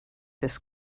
this